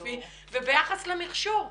הספציפי וביחס למכשור.